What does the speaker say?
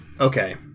Okay